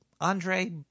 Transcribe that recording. Andre